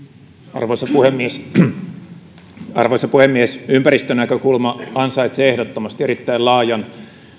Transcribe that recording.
arvoisa puhemies ympäristönäkökulma ansaitsee ehdottomasti erittäin laajan